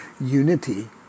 unity